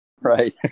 Right